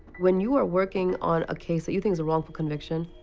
when you are working on a case that you think is a wrongful conviction,